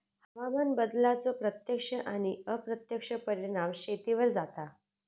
हवामान बदलाचो प्रत्यक्ष आणि अप्रत्यक्ष परिणाम शेतीवर जाता